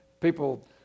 people